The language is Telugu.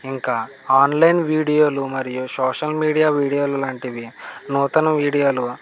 ఇంకా ఆన్లైన్ వీడియోలు మరియు సోషల్ మీడియా వీడియోలు లాంటివి నూతన వీడియోలు